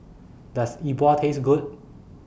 Does Yi Bua Taste Good